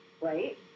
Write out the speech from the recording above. right